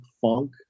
funk